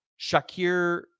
Shakir